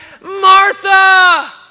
Martha